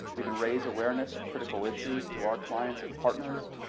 we can raise awareness of critical issues to our clients and partners.